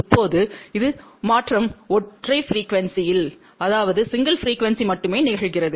இப்போது இது மாற்றம் ஒற்றை ப்ரீக்குவெண்ஸி மட்டுமே நிகழ்கிறது